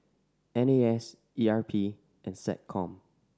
N A S E R P and SecCom